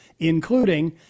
including